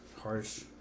harsh